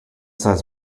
says